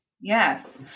Yes